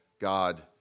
God